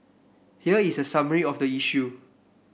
here is a summary of the issue